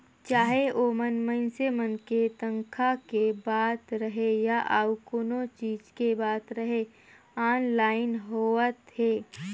चाहे ओमन मइनसे मन के तनखा के बात रहें या अउ कोनो चीच के बात रहे आनलाईन होवत हे